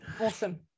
Awesome